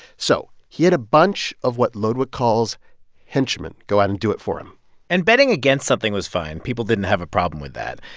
so he had a bunch of what ludwijk calls henchmen go out and do it for him and betting against something was fine. people didn't have a problem with that.